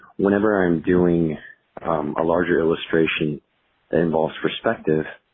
whenever i'm doing a larger illustration that involves perspective,